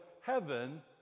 heaven